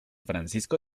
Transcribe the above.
francisco